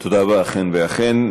תודה רבה, אכן ואכן.